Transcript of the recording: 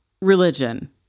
religion